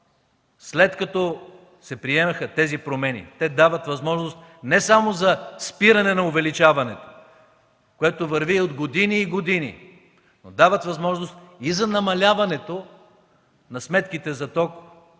след като се приеха тези промени, те дават възможност не само за спиране на увеличаването, което върви години-години, но дават възможност за намаляване на сметките за ток